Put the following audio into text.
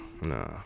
nah